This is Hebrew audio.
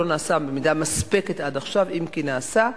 הוא לא נעשה במידה מספקת עד עכשיו, אם כי נעשה.